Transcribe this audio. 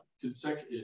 consecutive